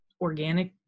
organic